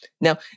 Now